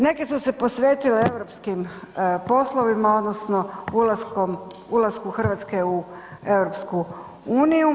Neke su se posvetile europskim poslovima odnosno ulaskom Hrvatske u EU.